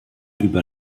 über